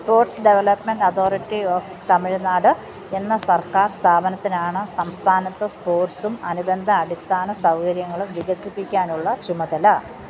sports development authority of Tamil Nadu എന്ന സർക്കാർ സ്ഥാപനത്തിനാണ് സംസ്ഥാനത്ത് സ്പോട്സും അനുബന്ധ അടിസ്ഥാന സൗകര്യങ്ങളും വികസിപ്പിക്കാനുള്ള ചുമതല